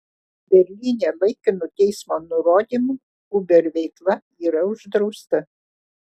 berlyne laikinu teismo nurodymu uber veikla yra uždrausta